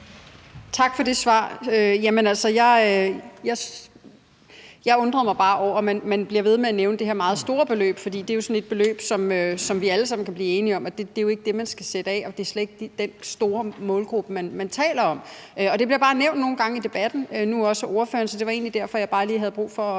Tak for det svar. Jeg undrer mig bare over, at man bliver ved med at nævne det her meget store beløb, for det er jo sådan et beløb, som vi alle sammen kan blive enige om ikke er det, man skal sætte af, og det er slet ikke den store målgruppe, man taler om. Det bliver bare nævnt nogle gange i debatten, nu også af ordføreren, så det var egentlig derfor, jeg lige havde brug for at